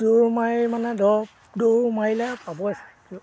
দৌৰ মাৰি মানে ধৰক দৌৰ মাৰিলে পাবই